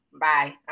Bye